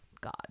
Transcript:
God